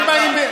להם ג'וב חדש.